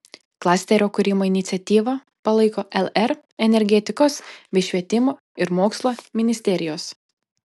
klasterio kūrimo iniciatyvą palaiko lr energetikos bei švietimo ir mokslo ministerijos